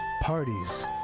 parties